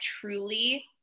truly